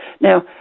Now